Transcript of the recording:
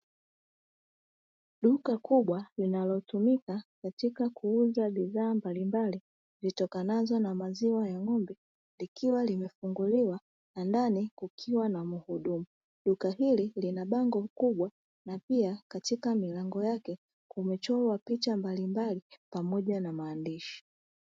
Duka kubwa linalotumika katika kuuza bidhaa mbalimbali zitokanazo na maziwa ya ng'ombe likiwa limefunguliwa na ndani kukiwa na mhudumu. Duka hili lina bango kubwa na pia katika milango yake kumechorwa picha mbalimbali pamoja na maandishi.